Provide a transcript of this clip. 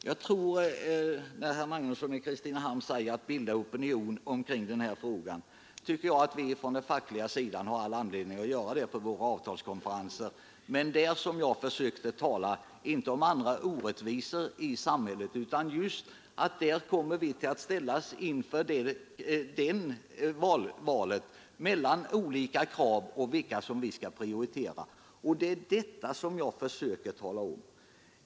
Herr talman! Herr Magnusson i Kristinehamn talar om att bilda opinion omkring den här frågan. Jag tycker att vi på den fackliga sidan har all anledning att göra det på våra avtalskonferenser. Det handlar dock, som jag försökte tala om, inte om andra orättvisor i samhället, utan om att vi där kommer att ställas inför valet mellan olika krav, och vad det gäller är vilka krav vi bör prioritera.